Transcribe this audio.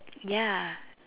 ya